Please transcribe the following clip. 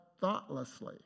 thoughtlessly